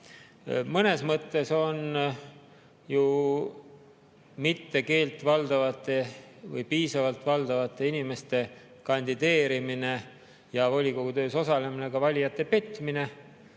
Mõnes mõttes on ju keelt mitte valdavate või mitte piisavalt valdavate inimeste kandideerimine ja volikogu töös osalemine valijate petmine,